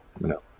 No